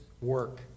work